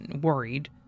worried